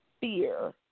fear